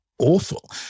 awful